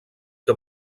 que